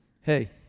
hey